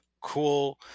cool